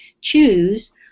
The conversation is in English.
choose